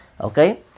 Okay